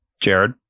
Jared